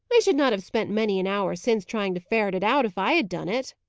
i should not have spent many an hour since, trying to ferret it out, if i had done it.